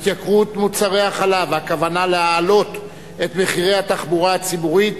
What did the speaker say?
התייקרות מוצרי החלב והכוונה להעלות את מחירי התחבורה הציבורית,